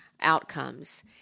outcomes